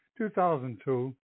2002